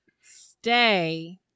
stay